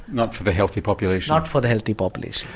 not for the healthy population? not for the healthy population.